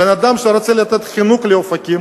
אדם שרוצה לתת חינוך באופקים